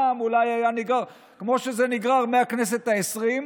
אולי היה נגרר כמו שזה נגרר מהכנסת העשרים,